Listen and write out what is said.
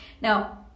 now